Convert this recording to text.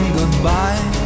goodbye